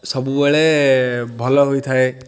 ସବୁବେଳେ ଭଲ ହେଇଥାଏ